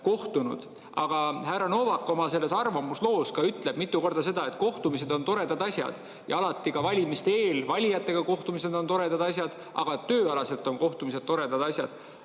kohtunud. Aga härra Novak oma selles arvamusloos ka ütleb mitu korda seda, et kohtumised on toredad asjad ja alati ka valimiste eel valijatega kohtumised on toredad asjad, ka tööalaselt on kohtumised toredad asjad,